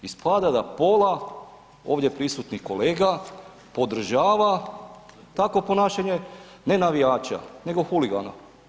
Ispada da pola ovdje pola prisutnih kolega podržava takvo ponašanje ne navijača, nego huligana.